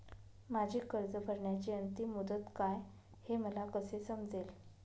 माझी कर्ज भरण्याची अंतिम मुदत काय, हे मला कसे समजेल?